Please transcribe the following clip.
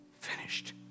finished